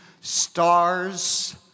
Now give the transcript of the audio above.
stars